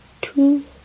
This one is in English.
two